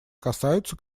касаются